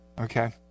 okay